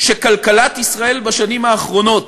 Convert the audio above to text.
שכלכלת ישראל בשנים האחרונות,